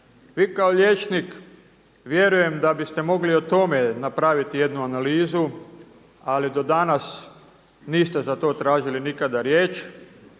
Vi kao liječnik, vjerujem da biste mogli o tome napraviti jednu analizu ali do danas niste za to tražili nikada riječ,